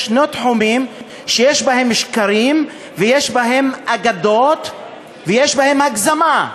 יש תחומים שיש בהם שקרים ויש בהם אגדות ויש בהם הגזמה.